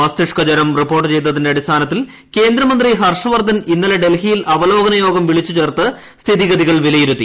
മസ്തിഷ്ക ജൂരം റിപ്പോർട്ട് ചെയ്തതിന്റെ അടിസ്ഥാനത്തിൽ കേന്ദ്രമന്ത്രി ഹർഷവർദ്ധൻ ് ഇന്നലെ ഡൽഹിയിൽ അവലോകന യോഗം വിളിച്ചുചേർത്ത് സ്ഥിതിഗതികൾ വിലയിരുത്തി